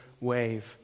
wave